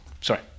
Sorry